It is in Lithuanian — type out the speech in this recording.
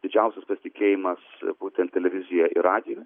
didžiausias pasitikėjimas būtent televizijoj ir radijuj